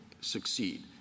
succeed